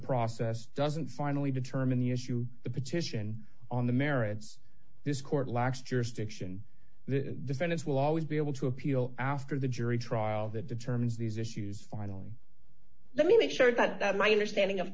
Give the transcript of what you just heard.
process doesn't finally determine the issue the petition on the merits this court lacks jurisdiction the sentence will always be able to appeal after the jury trial that determines these issues finally let me make sure that my understanding of